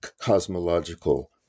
cosmological